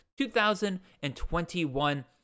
2021